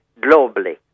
globally